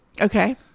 Okay